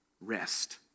rest